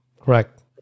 Correct